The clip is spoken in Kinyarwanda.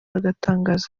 agatangaza